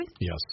Yes